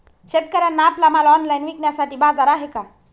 शेतकऱ्यांना आपला माल ऑनलाइन विकण्यासाठी बाजार आहे का?